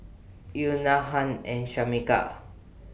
Euna Hunt and Shameka